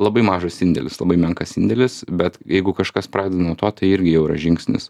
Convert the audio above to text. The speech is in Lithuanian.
labai mažas indėlis labai menkas indėlis bet jeigu kažkas pradeda nuo to tai irgi yra žingsnis